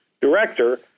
director